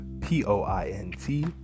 P-O-I-N-T